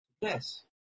Yes